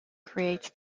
creates